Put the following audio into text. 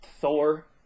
Thor